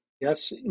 Yes